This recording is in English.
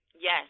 Yes